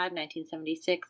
1976